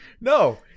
No